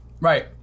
Right